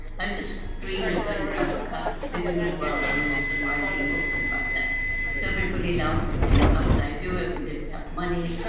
i just dreamed of going to africa, living with wild animals, and writing books about them. so everybody laughed at me. how would i do it? we didn't have money.